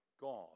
God